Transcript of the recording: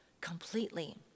completely